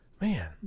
Man